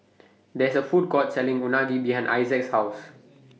There IS A Food Court Selling Unagi behind Issac's House